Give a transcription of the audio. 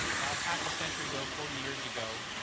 about half a century ago, forty years ago,